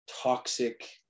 toxic